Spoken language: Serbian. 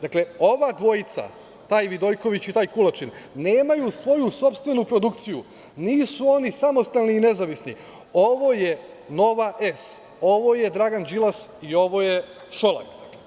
Dakle, ova dvojica, taj Vidojković i taj Kulačin nemaju svoju sopstvenu produkciju, nisu oni samostalni i nezavisni, ovo je „Nova S“, ovo Dragan Đilas i ovo je Šolak.